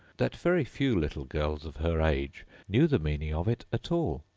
that very few little girls of her age knew the meaning of it at all.